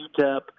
UTEP